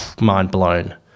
mind-blown